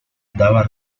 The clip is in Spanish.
daba